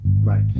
Right